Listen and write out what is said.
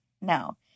no